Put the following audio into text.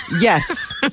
Yes